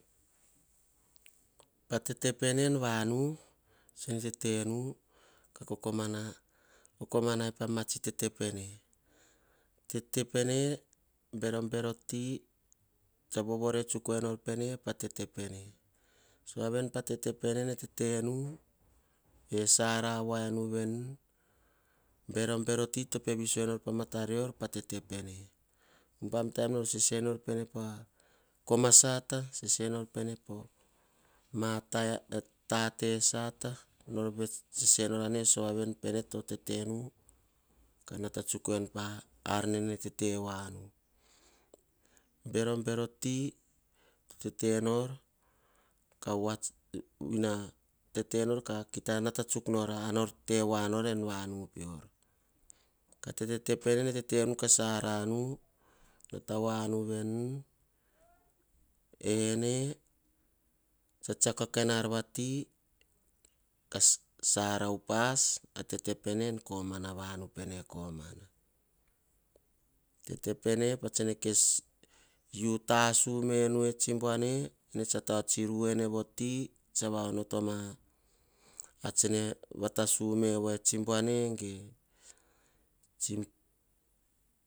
Patete pene ean vanu tsene tete nu ka kokomanai pama tsi tete pene en vanu. Tetepene berobero ti to vovore tsuk enor pa tete pewe sova ven pa tetepene nene tetenu berobero ti tope viso enor pa matar rior veni pene hubam taim nor sesenor pene po komasata sese nor pene pa ma tate sata. Nor sese nor sovaven pene to tete nu ka kata tsuk enu pawene tetevoanu berobero ti to tete nor. Ka kita nata tsun nor en ar vati ka sara upas a tete pene em komana vanu komana tetemene pa tsene kes u tasus menu eh tsi buane, ruene voti tsa va onotoma a tsene vatasu voa e tsi buane ge.